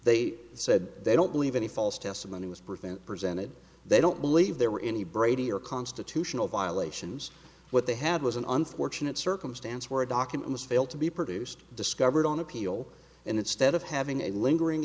they said they don't believe any false testimony was present presented they don't believe there were any brady or constitutional violations what they had was an unfortunate circumstance where a document was fail to be produced discovered on appeal and instead of having a lingering